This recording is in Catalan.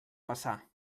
passar